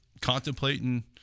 contemplating